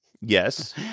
yes